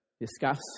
discuss